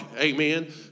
amen